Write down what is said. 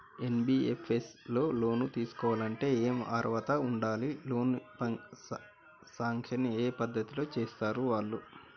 NBFS లో loan తీస్కోవాలంటే ఏం అర్హత ఉండాలి? లోన్ సాంక్షన్ ఏ పద్ధతి లో చేస్తరు వాళ్లు?